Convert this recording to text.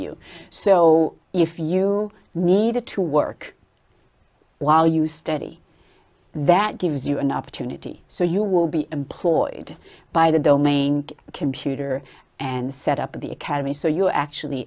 you so if you need it to work while you study that gives you an opportunity so you will be employed by the domain computer and set up at the academy so you actually